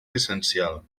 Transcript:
essencial